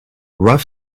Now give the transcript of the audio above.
rough